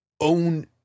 own